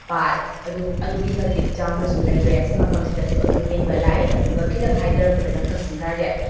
ꯄꯥꯠ ꯑꯗꯣ ꯑꯗꯨꯛꯀꯤ ꯃꯇꯤꯛ ꯆꯥꯎꯅꯁꯨ ꯂꯩꯈ꯭ꯔꯦ ꯁꯤ ꯃꯐꯝꯁꯤꯗꯁꯨ ꯑꯗꯨꯝ ꯌꯦꯡꯕ ꯂꯥꯛꯑꯦ ꯑꯗꯨꯒ ꯈꯤꯇꯪ ꯍꯥꯏꯊꯔꯛꯄꯗꯅ ꯀꯛꯆꯤꯡ ꯒꯥꯔꯗꯦꯟ